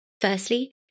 Firstly